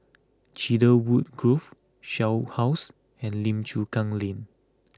Cedarwood Grove Shell House and Lim Chu Kang Lane